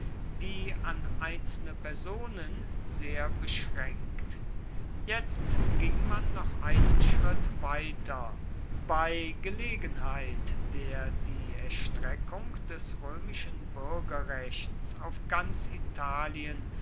die an einzelne personen sehr beschränkt jetzt ging man noch einen schritt weiter bei gelegenheit der die erstreckung des römischen bürgerrechts auf ganz italien